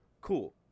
Cool